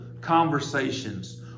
conversations